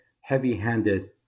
heavy-handed